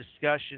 discussion